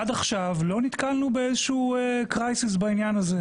עד עכשיו לא נתקלנו באיזשהו משבר בעניין הזה.